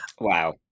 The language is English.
Wow